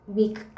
week